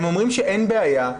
הם אומרים שאין בעיה,